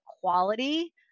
quality